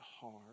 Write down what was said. hard